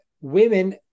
women